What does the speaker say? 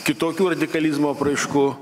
kitokių radikalizmo apraiškų